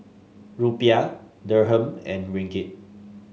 Rupiah Dirham and Ringgit